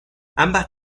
ambas